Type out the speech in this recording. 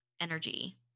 Energy